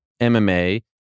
MMA